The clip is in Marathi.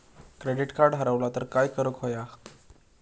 क्रेडिट कार्ड हरवला तर काय करुक होया?